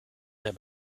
der